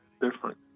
different